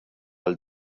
għal